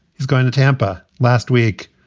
he's going to tampa last week,